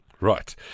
Right